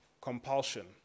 compulsion